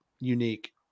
Unique